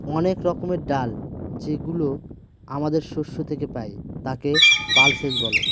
অনেক রকমের ডাল যেগুলো আমাদের শস্য থেকে পাই, তাকে পালসেস বলে